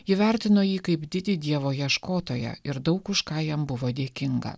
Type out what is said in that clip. ji vertino jį kaip didį dievo ieškotoją ir daug už ką jam buvo dėkinga